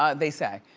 ah they say.